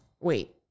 wait